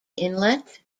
inlet